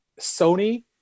Sony